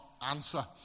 answer